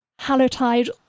Hallowtide